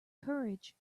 courage